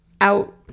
out